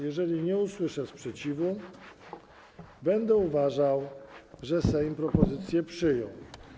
Jeżeli nie usłyszę sprzeciwu, będę uważał, że Sejm propozycję przyjął.